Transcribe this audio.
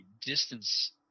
distance